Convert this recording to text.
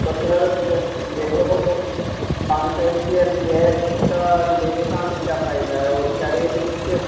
تو سر یہ جو اس کا لینے کا ہمیں کیا فائدہ ہے اور کیا ریٹ ہیں اس کے